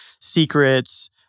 secrets